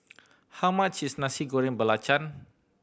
how much is Nasi Goreng Belacan